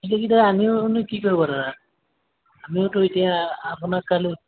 টেকেলিকেইটা আনিয়োনো কি কৰিব দাদা আমিওটো এতিয়া আপোনাৰতালৈ